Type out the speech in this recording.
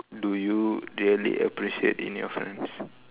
do you really appreciate in your friends